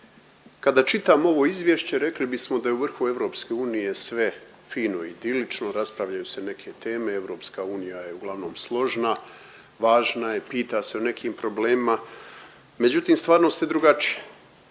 kada čitamo ovo izvješće rekli bismo da je u vrhu EU sve fino i idilično, raspravljaju se neke teme, EU je uglavnom složna, važna i pita se o nekim problemima međutim stvarnost je drugačija.